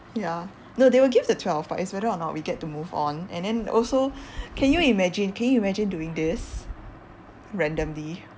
ya no they will give the twelve but it's whether or not we get to move on and then also can you imagine can you imagine doing this randomly